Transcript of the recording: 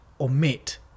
omit